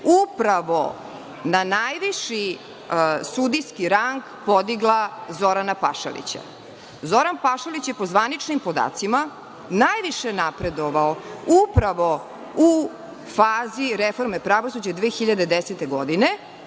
upravo na najviši sudijski rang podigla Zorana Pašalića. Zoran Pašalić je po zvaničnim podacima najviše napredovao u fazi reforme pravosuđa 2010. godine,